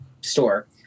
store